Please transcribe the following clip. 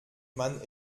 man